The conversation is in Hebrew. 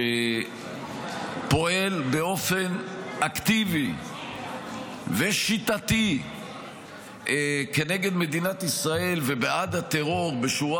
שפועל באופן אקטיבי ושיטתי כנגד מדינת ישראל ובעד הטרור בשורה